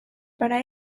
para